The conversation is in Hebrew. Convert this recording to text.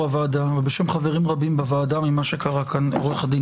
הוועדה אבל בשם חברים רבים בוועדה על מה שקרה כאן.